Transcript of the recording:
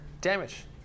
Damage